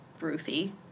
Ruthie